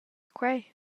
quei